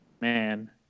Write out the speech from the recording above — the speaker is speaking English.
Man